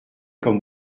comme